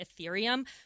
Ethereum